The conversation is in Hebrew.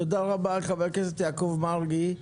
תודה רבה, חבר הכנסת יעקב מרגי.